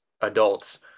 adults